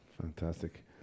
Fantastic